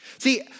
See